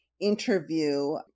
interview